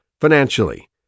financially